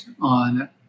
On